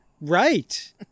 Right